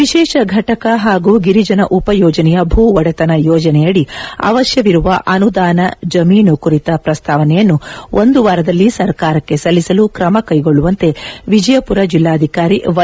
ವಿಶೇಷ ಫಟಕ ಹಾಗೂ ಗಿರಿಜನ ಉಪಯೋಜನೆಯ ಭೂ ಒಡೆತನ ಯೋಜನೆಯಡಿ ಅವಶ್ಯಕವಿರುವ ಅನುದಾನ ಜಮೀನು ಕುರಿತ ಪ್ರಸ್ತಾವನೆಯನ್ನು ಒಂದು ವಾರದಲ್ಲಿ ಸರ್ಕಾರಕ್ಷೆ ಸಲ್ಲಿಸಲು ತ್ರಮ ಕೈಗೊಳ್ಳುವಂತೆ ವಿಜಯಪುರ ಜಿಲ್ಲಾಧಿಕಾರಿ ವ್ಯೆ